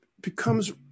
becomes